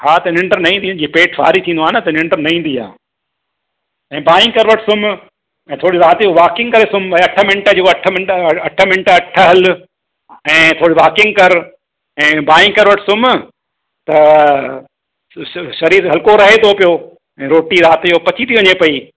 हा त निंड न ईंदी जीअं पेटु भारी थींदो आहे न त निंड न ईंदी आहे ऐं बाई करवट सुम्हि ऐं थोरी राति जो वॉकिंग करे सुम्हि भई अठ मिनट जो अठ मिनट अ अठ मिनट अठ हलि ऐ थोरी वॉकिंग करि ऐं बाई करवट सुम्हि त शरीरु हल्को रहे थो पियो ऐं रोटी राति जो पची थी वञे पई